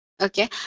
Okay